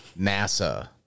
NASA